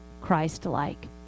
christ-like